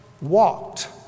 walked